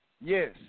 Yes